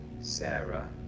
Sarah